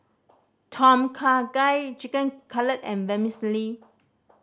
Tom Kha Gai Chicken Cutlet and Vermicelli